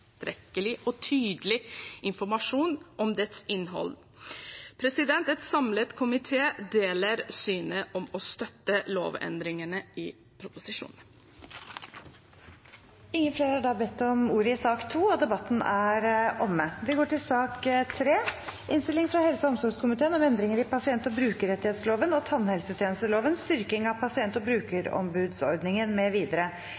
og tydelig informasjon om dets innhold. En samlet komité deler synet om å støtte lovendringene i proposisjonen. Flere har ikke bedt om ordet til sak nr. 2. Etter innstilling fra helse- og omsorgskomiteen vil presidenten foreslå at taletiden blir begrenset til 3 minutter til hver partigruppe og